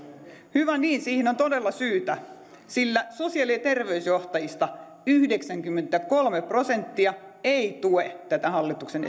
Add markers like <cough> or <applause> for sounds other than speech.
hyvä niin siihen on todella syytä sillä sosiaali ja terveysjohtajista yhdeksänkymmentäkolme prosenttia ei tue tätä hallituksen <unintelligible>